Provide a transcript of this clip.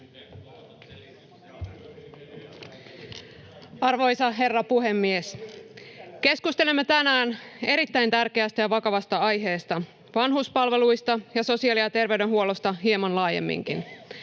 Arvoisa herra puhemies! Keskustelemme tänään erittäin tärkeästä ja vakavasta aiheesta: vanhuspalveluista ja sosiaali- ja terveydenhuollosta hieman laajemminkin.